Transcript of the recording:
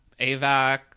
Avac